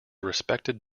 respected